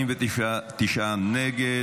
49 נגד.